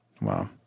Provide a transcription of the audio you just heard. Wow